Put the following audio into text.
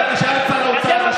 תשאל את שר האוצר לשעבר,